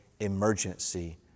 emergency